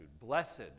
blessed